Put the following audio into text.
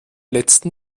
letzten